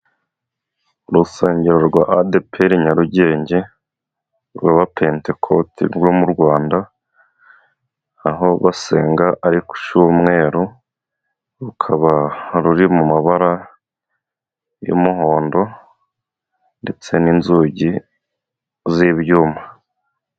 Urusengero rwa Adeperi Nyarugenge rw'Abapentekote rwa mu Rwanda, aho basenga ariko ku cyumweru, rukaba ruri mu mabara y'umuhondo ndetse n'inzugi z'ibyuma.